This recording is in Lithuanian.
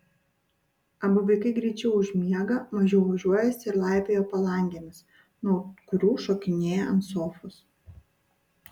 abu vaikai greičiau užmiega mažiau ožiuojasi ir laipioja palangėmis nuo kurių šokinėja ant sofos